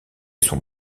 son